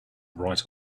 right